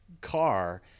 car